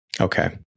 Okay